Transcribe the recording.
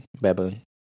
baboon